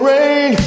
Rain